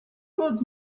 todos